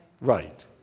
Right